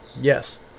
Yes